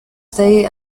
stay